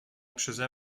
przeze